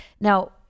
now